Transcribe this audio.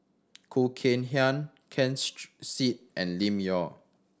Khoo Kay Hian Ken Seet and Lim Yau